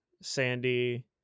Sandy